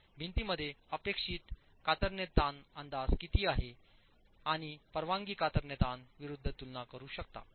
आपण भिंती मध्ये अपेक्षित कातरणे ताण अंदाज किती आहे आणि परवानगी कातरणे ताणविरूद्ध तुलना करू शकता